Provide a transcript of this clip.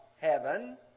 heaven